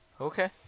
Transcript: Okay